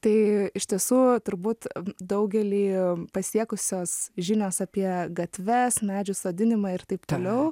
tai iš tiesų turbūt daugelį pasiekusios žinios apie gatves medžių sodinimą ir taip toliau